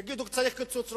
יגידו: צריך קיצוץ רוחבי.